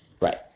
Right